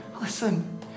Listen